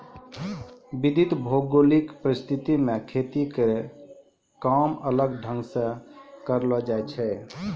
विविध भौगोलिक परिस्थिति म खेती केरो काम अलग ढंग सें करलो जाय छै